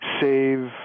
save